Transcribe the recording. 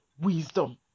wisdom